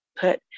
put